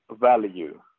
value